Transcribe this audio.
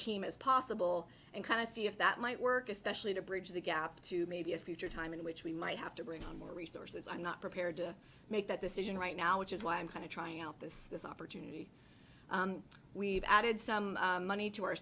team as possible and kind of see if that might work especially to bridge the gap to maybe a future time in which we might have to bring on more resources i'm not prepared to make that decision right now which is why i'm kind of trying out this this opportunity we've added some money to our